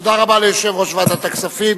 תודה רבה ליושב-ראש ועדת הכספים.